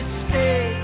stay